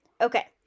Okay